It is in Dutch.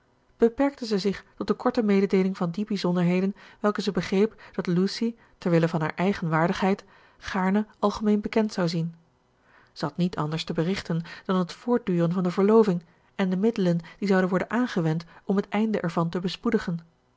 beperkte zij zich tot de korte mededeeling van die bijzonderheden welke zij begreep dat lucy terwille van haar eigen waardigheid gaarne algemeen bekend zou zien zij had niet anders te berichten dan het voortduren van de verloving en de middelen die zouden worden aangewend om het einde ervan te